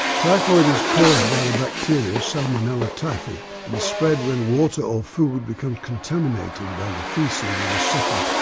typhoid is caused by the bacteria salmonella typhi and is spread when water or food becomes contaminated by the faeces of a sufferer,